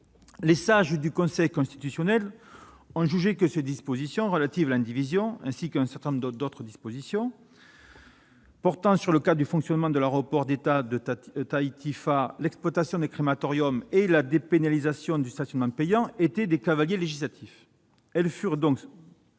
les sages du Conseil constitutionnel ont jugé que ces dispositions relatives à l'indivision, ainsi qu'un certain nombre d'autres dispositions, portant sur le cadre du fonctionnement de l'aéroport d'État de Tahiti-Faa'a, l'exploitation des crématoriums et la dépénalisation du stationnement payant, étaient des cavaliers législatifs. Elles ont donc